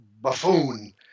buffoon